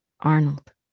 Arnold